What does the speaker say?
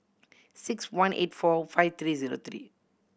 six one eight four five three zero three